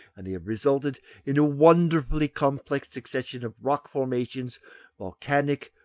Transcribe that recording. and they have resulted in a wonderfully complex succession of rock-formations volcanic,